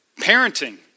Parenting